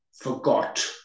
forgot